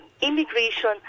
immigration